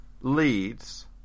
leads